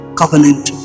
covenant